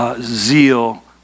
zeal